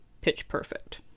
pitch-perfect